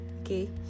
okay